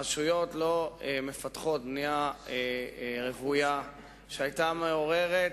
הרשויות לא מפתחות בנייה רוויה, שהיתה מעוררת